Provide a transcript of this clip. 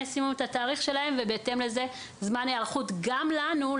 ישימו את התאריך שלהם ובהתאם לזה זמן היערכות גם לנו,